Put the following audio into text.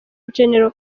gen